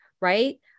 right